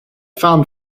found